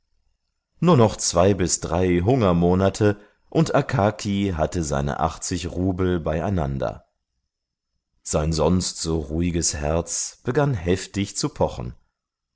nur noch zwei bis drei hungermonate und akaki hatte seine achtzig rubel beieinander sein sonst so ruhiges herz begann heftig zu pochen